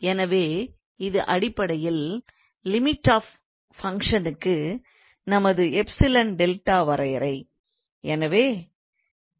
எனவே இது அடிப்படையில் limit of Functionக்கு நமது எப்சிலன் டெல்டா வரையறை